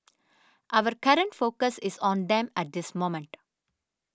our current focus is on them at this moment